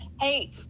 Hey